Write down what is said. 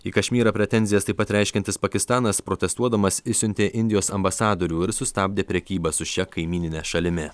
į kašmyrą pretenzijas taip pat reiškiantis pakistanas protestuodamas išsiuntė indijos ambasadorių ir sustabdė prekybą su šia kaimynine šalimi